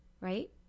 right